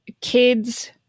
kids